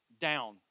down